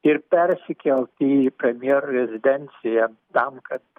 ir persikel į premjero rezidenciją tam kad